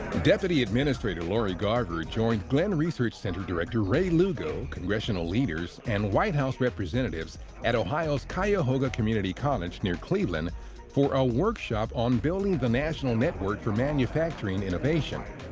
deputy administrator lori garver joined glenn research center director ray lugo, congressional leaders and white house representatives at ohio's cuyahoga community college near cleveland for a workshop on building the national network for manufacturing innovation.